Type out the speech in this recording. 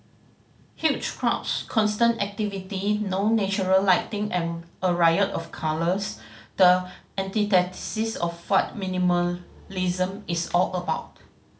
huge crowds constant activity no natural lighting and a riot of colours the antithesis of what minimalism is all about